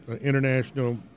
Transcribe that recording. International